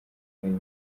ayo